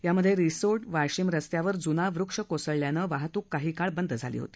यात रिसोड वाशिम रस्त्यावर जुना वृक्ष कोसळल्यानं वाहतुक काही काळ बंद झाली होती